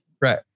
Right